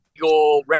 legal